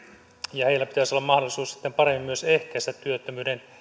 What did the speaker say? ja heillä pitäisi olla mahdollisuus sitten paremmin myös ehkäistä työttömyyden